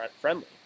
friendly